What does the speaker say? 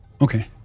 Okay